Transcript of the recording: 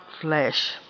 flesh